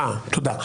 אה, תודה.